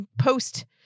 post-